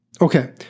Okay